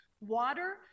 water